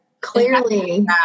clearly